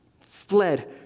fled